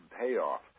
payoff